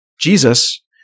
Jesus